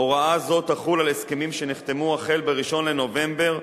הוראה זאת תחול על הסכמים שנחתמו החל ב-1 בנובמבר